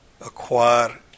acquire